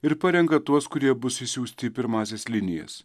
ir parenka tuos kurie bus išsiųsti į pirmąsias linijas